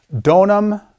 donum